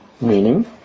Meaning